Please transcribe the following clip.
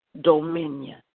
dominion